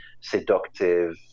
seductive